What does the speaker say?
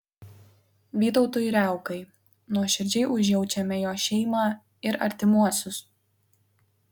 vytautui riaukai nuoširdžiai užjaučiame jo šeimą ir artimuosius